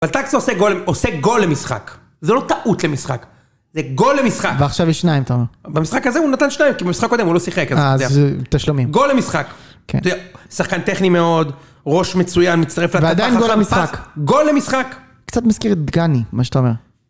אבל טאקס עושה גול למשחק. זה לא טעות למשחק. זה גול למשחק. ועכשיו יש שניים, אתה אומר. במשחק הזה הוא נתן שניים, כי במשחק קודם הוא לא שיחק. אה, אז תשלומים. גול למשחק. כן. שחקן טכני מאוד, ראש מצוין, מצטרף לטבח. ועדיין גול למשחק. גול למשחק. קצת מזכיר את דגני, מה שאתה אומר.